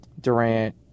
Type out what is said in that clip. Durant